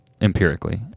empirically